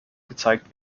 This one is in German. gezeigt